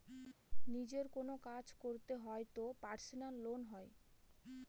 নিজের কোনো কাজ করতে হয় তো পার্সোনাল লোন হয়